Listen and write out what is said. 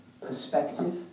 Perspective